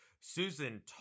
Susan